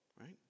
Right